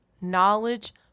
knowledge